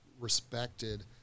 respected